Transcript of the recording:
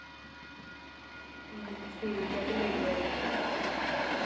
ठीक ऐ फ्ही लेई जाएओ